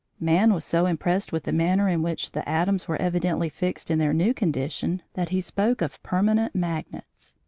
man was so impressed with the manner in which the atoms were evidently fixed in their new condition that he spoke of permanent magnets.